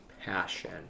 passion